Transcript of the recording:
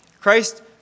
Christ